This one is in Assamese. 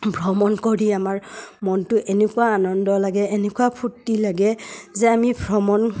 ভ্ৰমণ কৰি আমাৰ মনটো এনেকুৱা আনন্দ লাগে এনেকুৱা ফূৰ্তি লাগে যে আমি ভ্ৰমণ